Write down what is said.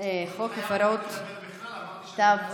חוק הפרות תעבורה,